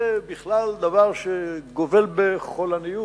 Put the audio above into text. זה בכלל דבר שגובל בחולניות,